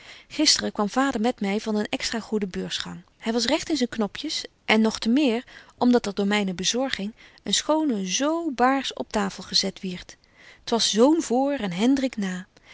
gisteren kwam vader met my van een extra goede beursgang hy was regt in zyn knopjes en nog te meer om dat er door myne bezorging een schone zôô baars op tafel gezet wierdt t was zoon voor en hendrik na